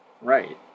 Right